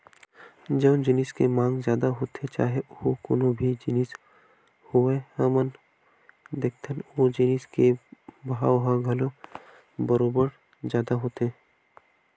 जउन जिनिस के मांग जादा होथे चाहे ओ कोनो भी जिनिस होवय हमन देखथन ओ जिनिस के भाव ह घलो बरोबर जादा होथे